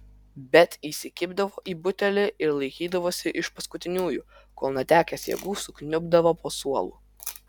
bet įsikibdavo į butelį ir laikydavosi iš paskutiniųjų kol netekęs jėgų sukniubdavo po suolu